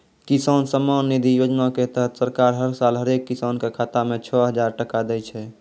किसान सम्मान निधि योजना के तहत सरकार हर साल हरेक किसान कॅ खाता मॅ छो हजार टका दै छै